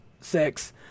sex